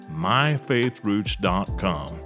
MyFaithRoots.com